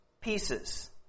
pieces